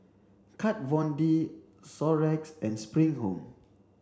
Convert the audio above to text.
Kat Von D Xorex and Spring Home